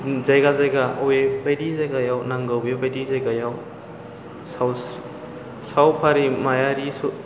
जायगा जायगा बबे बायदि जायगायाव नांगौ बेबायदि जायगायाव सावस्रि सावफारि मायारि